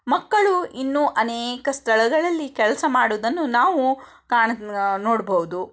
ಮಕ್ಕಳು ಇನ್ನೂ ಅನೇಕ ಸ್ಥಳಗಳಲ್ಲಿ ಕೆಲ್ಸ ಮಾಡುವುದನ್ನು ನಾವು ಕಾಣು ನೋಡ್ಬೌದು